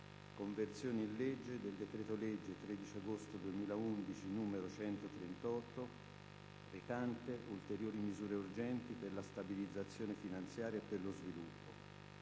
«Conversione in legge del decreto-legge 13 agosto 2011, n. 138, recante ulteriori misure urgenti per la stabilizzazione finanziaria e per lo sviluppo»